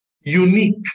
unique